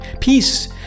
Peace